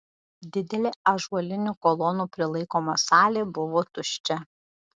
didelė ąžuolinių kolonų prilaikoma salė buvo tuščia